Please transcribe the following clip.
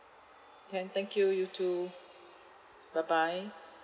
can thank you you too bye bye